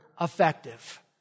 effective